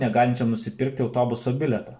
negalinčiam nusipirkti autobuso bilieto